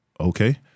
Okay